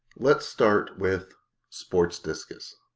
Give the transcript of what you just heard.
let's start with sportsdiscus